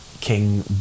King